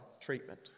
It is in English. treatment